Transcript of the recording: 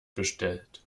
bestellt